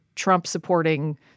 Trump-supporting